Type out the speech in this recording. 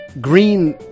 green